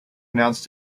announced